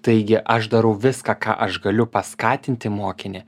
taigi aš darau viską ką aš galiu paskatinti mokinį